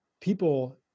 people